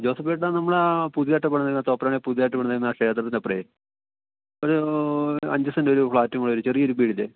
ജോസഫേട്ടാ നമ്മൾ ആ പുതിയതായിട്ട് പണിതത് തോപ്രാംകുടിയിൽ പുതിയതായിട്ട് പണിതേക്കുന്ന ക്ഷേത്രത്തിന് അപ്പുറത്ത് ഒരു അഞ്ച് സെൻറ്റ് ഒരു ഫ്ലാറ്റ് പോലെ ചെറിയൊരു വീട് ഇല്ലേ